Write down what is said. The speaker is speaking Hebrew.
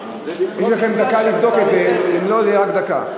יש לכם דקה לבדוק את זה, ואם לא, זה יהיה רק דקה.